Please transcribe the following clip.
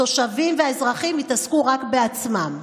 התושבים והאזרחים התעסקו רק בעצמם.